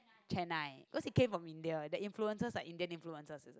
chennai because it came from India the influences like Indian influences